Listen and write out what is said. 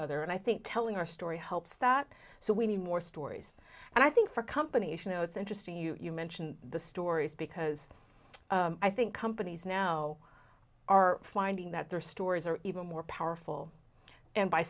other and i think telling our story helps that so we need more stories and i think for companies you know it's interesting you mentioned the stories because i think companies now are finding that their stories are even more powerful and by